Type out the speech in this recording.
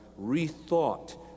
rethought